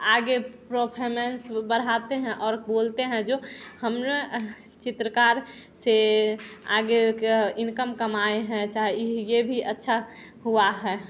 आगे प्रोफेमेंस बढ़ाते है और बोलते है जो हमने चित्रकार से आगे कह इनकम कमाए है चाहे ये भी अच्छा हुआ है